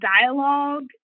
dialogue